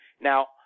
Now